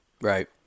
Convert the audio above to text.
Right